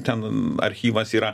ten archyvas yra